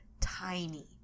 tiny